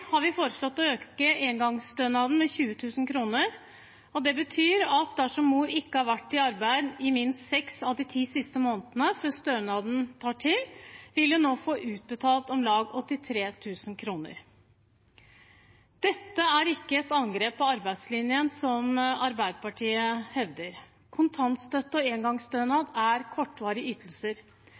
har vi foreslått å øke engangsstønaden med 20 000 kroner. Det betyr at dersom mor ikke har vært i arbeid i minst seks av de ti siste månedene før stønaden tar til, vil hun nå få utbetalt om lag 83 000 kroner. Dette er ikke et angrep på arbeidslinjen, slik Arbeiderpartiet hevder. Kontantstøtte og engangsstønad er kortvarige ytelser.